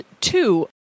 two